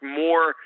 more